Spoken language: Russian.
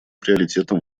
приоритетом